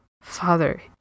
Father